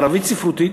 ערבית ספרותית,